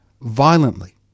violently